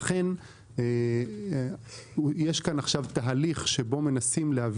לכן יש כאן עכשיו תהליך בו מנסים בו מנסים להביא